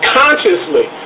consciously